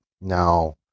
Now